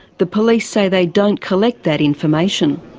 the police say they don't collect that information.